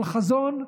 על חזון,